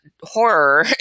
horror